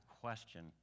question